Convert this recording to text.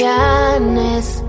honest